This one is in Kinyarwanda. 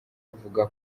bavuga